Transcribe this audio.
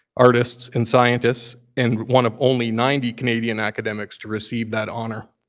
artists, and scientists, and one of only ninety canadian academics to receive that honor.